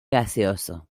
gaseoso